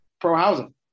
pro-housing